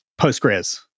Postgres